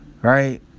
Right